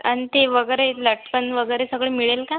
आणि ते वगैरे लटकन वगैरे सगळं मिळेल का